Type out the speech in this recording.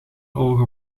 ogen